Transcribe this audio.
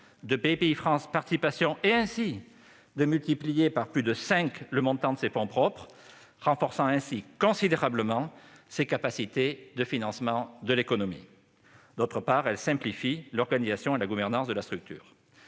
de Bpifrance Participations et de multiplier ainsi par plus de cinq le montant de ses fonds propres, renforçant considérablement ses capacités de financement de l'économie ; d'autre part, elle simplifie l'organisation et la gouvernance de la structure.